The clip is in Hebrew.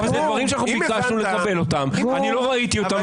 אלה דברים שביקשנו לקבל, אני לא ראיתי אותם.